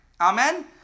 Amen